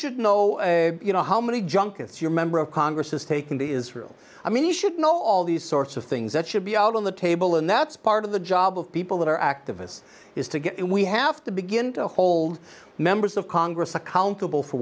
should know you know how many junkets your member of congress has taken to israel i mean you should know all these sorts of things that should be out on the table and that's part of the job of people that are activists is to get we have to begin to hold members of congress accountable for